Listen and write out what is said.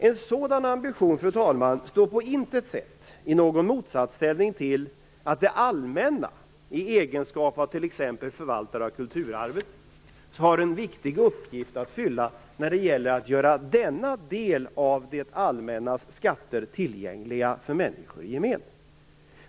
En sådan ambition, fru talman, står på intet sätt i någon motsatsställning till att det allmänna, t.ex. i egenskap av förvaltare av kulturarvet, har en viktig uppgift att fylla när det gäller att göra det allmännas skatter tillgängliga för människor i gemen.